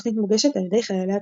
התוכנית מוגשת על ידי חיילי התחנה.